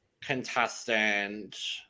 contestant